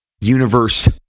universe